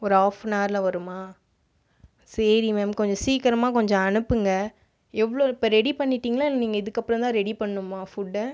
ஒரு half an ஹவரில் வருமா சரி மேம் கொஞ்சம் சீக்கிரமாக கொஞ்சம் அனுப்புங்க எவ்வளோ இப்போ ரெடி பண்ணிட்டீங்களா இல்லை நீங்கள் இதுக்கப்புறம் தான் ரெடி பண்ணனுமா ஃபுட்டை